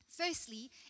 Firstly